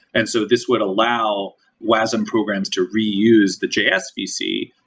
and so this would allow wasm programs to reuse the js gc,